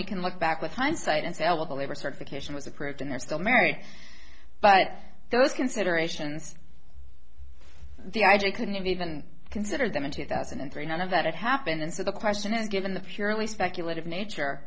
we can look back with hindsight unsellable labor certification was approved and they're still married but those considerations the i g couldn't even consider them in two thousand and three none of that happened and so the question is given the purely speculative nature